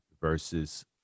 versus